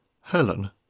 Helen